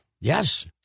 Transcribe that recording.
Yes